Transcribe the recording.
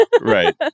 Right